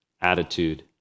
attitude